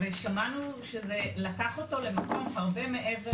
ושמענו שזה לקח אותו למקום הרבה מעבר